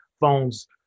phones